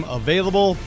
available